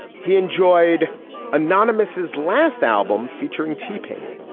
he enjoyed anonymous his last album featuring t painted.